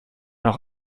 noch